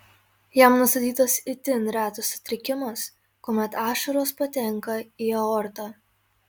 jam nustatytas itin retas sutrikimas kuomet ašaros patenka į aortą